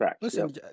Listen